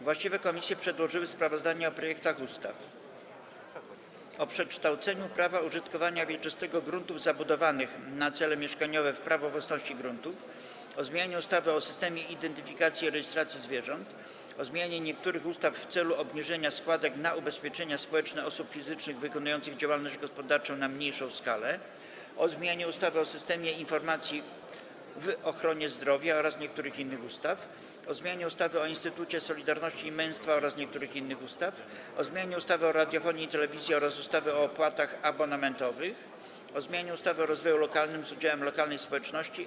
Właściwe komisje przedłożyły sprawozdania o projektach ustaw: - o przekształceniu prawa użytkowania wieczystego gruntów zabudowanych na cele mieszkaniowe w prawo własności gruntów, - o zmianie ustawy o systemie identyfikacji i rejestracji zwierząt, - o zmianie niektórych ustaw w celu obniżenia składek na ubezpieczenia społeczne osób fizycznych, wykonujących działalność gospodarczą na mniejszą skalę, - o zmianie ustawy o systemie informacji w ochronie zdrowia oraz niektórych innych ustaw, - o zmianie ustawy o Instytucie Solidarności i Męstwa oraz niektórych innych ustaw, - o zmianie ustawy o radiofonii i telewizji oraz ustawy o opłatach abonamentowych, - o zmianie ustawy o rozwoju lokalnym z udziałem lokalnej społeczności.